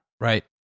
Right